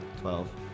Twelve